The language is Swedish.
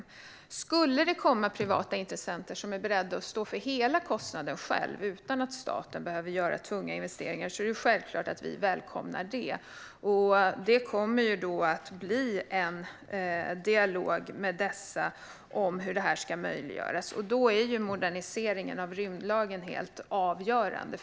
Om det skulle komma privata intressenter som är beredda att stå för hela kostnaden själva, utan att staten behöver göra tunga investeringar, är det självklart att vi välkomnar detta. Det kommer då att bli en dialog med dessa om hur detta ska möjliggöras, och moderniseringen av rymdlagen är då helt avgörande.